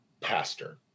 pastor